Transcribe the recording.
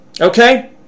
okay